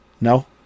No